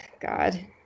God